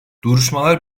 duruşmalar